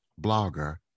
blogger